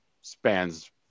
spans